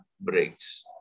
breaks